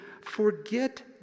forget